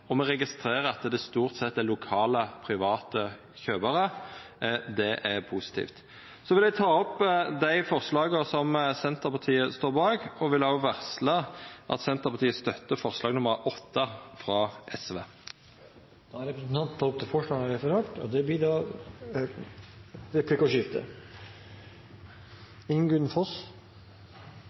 og me registrerer at det stort sett er lokale, private kjøparar. Det er positivt. Eg vil ta opp forslag nr. 5, frå Senterpartiet og SV, og forslag nr. 6, frå Senterpartiet. Eg vil òg varsla at Senterpartiet støttar forslag nr. 8, frå SV. Representanten Geir Pollestad har tatt opp de forslagene han refererte til. Det